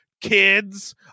kids